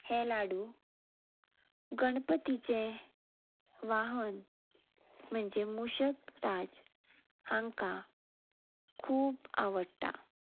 हे लाडू गणपतीचें वाहन म्हणजे मुशक राज हांकां खूब आवडटा